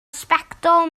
sbectol